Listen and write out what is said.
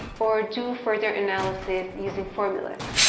or do further analysis using formulas?